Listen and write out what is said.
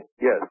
Yes